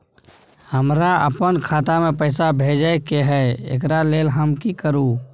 हमरा अपन खाता में पैसा भेजय के है, एकरा लेल हम की करू?